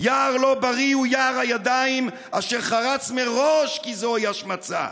יער לא בריא הוא יער הידיים / אשר חרץ מראש כי זוהי השמצה.